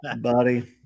Buddy